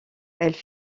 elles